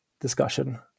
discussion